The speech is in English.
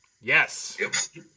Yes